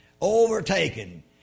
Overtaken